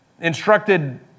instructed